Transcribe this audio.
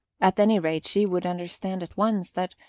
at any rate she would understand at once that,